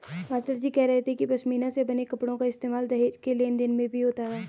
मास्टरजी कह रहे थे कि पशमीना से बने कपड़ों का इस्तेमाल दहेज के लेन देन में भी होता था